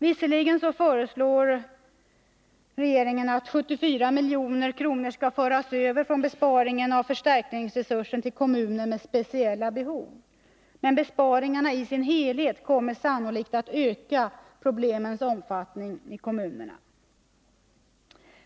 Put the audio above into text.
Visserligen föreslår regeringen att 74 milj.kr. skall föras över från besparingen av förstärkningsresursen till kommuner med speciella behov, men besparingarna i sin helhet kommer sannolikt att öka problemens omfattning i kommunerna.